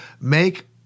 make